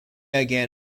again